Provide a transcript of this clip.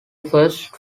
first